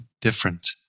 different